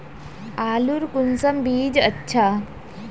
आलूर कुंसम बीज अच्छा?